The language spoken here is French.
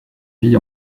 vie